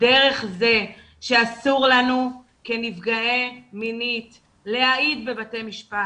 דרך זה שאסור לנו כנפגעים מינית להעיד בבתי משפט.